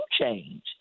change